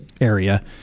area